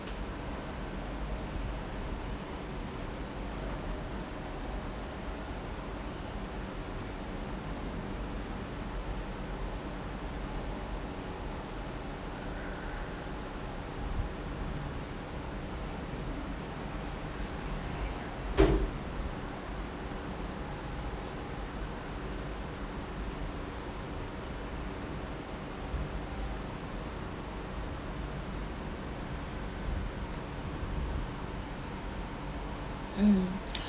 mm